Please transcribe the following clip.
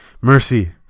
mercy